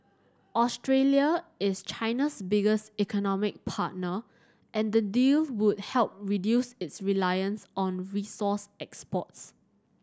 Australia is China's biggest economic partner and the deal would help reduce its reliance on resource exports